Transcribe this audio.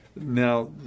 Now